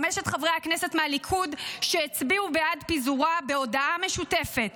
חמשת חברי הכנסת מהליכוד שהצביעו בעד פיזורה בהודעה משותפת: